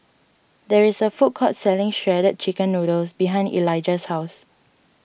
there is a food court selling Shredded Chicken Noodles behind Elijah's house